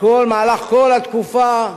במהלך כל התקופה,